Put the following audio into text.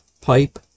pipe